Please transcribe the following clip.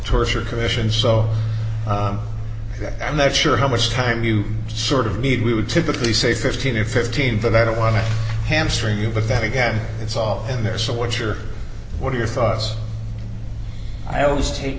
torture commission so i'm not sure how much time you sort of need we would typically say fifteen or fifteen but i don't want to hamstring you but then again it's all in there so which are what are your thoughts i always